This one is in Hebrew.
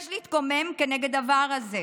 יש להתקומם כנגד דבר זה.